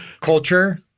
Culture